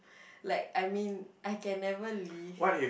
like I mean I can never leave